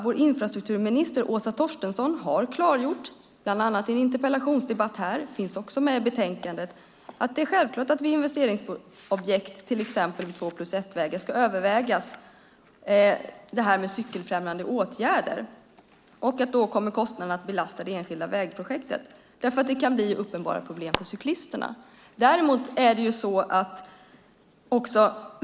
Vår infrastrukturminister Åsa Torstensson har bland annat i en interpellationsdebatt här i riksdagen - det finns också med i betänkandet - klargjort att det är självklart att vid investeringsobjekt, till exempel vid två-plus-ett-vägar, överväga cykelfrämjande åtgärder. Då kommer kostnaden att belasta det enskilda vägprojektet eftersom det kan bli uppenbara problem för cyklisterna.